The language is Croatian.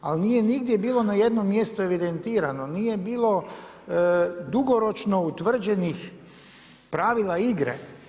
Ali nigdje nije bilo na jednom mjestu evidentirano, nije bilo dugoročno utvrđenih pravila igre.